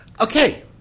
Okay